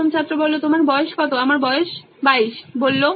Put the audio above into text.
প্রথম ছাত্র তোমার বয়স কতো